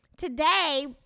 Today